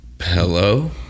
Hello